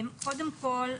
קודם כל,